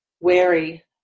wary